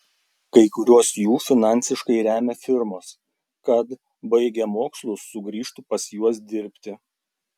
kai kuriuos jų finansiškai remia firmos kad baigę mokslus sugrįžtų pas juos dirbti